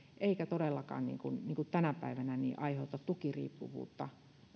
eikä todellakaan niin kuin niin kuin tänä päivänä aiheuta tukiriippuvuutta